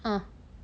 uh